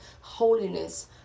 holiness